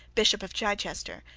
bishop of chichester,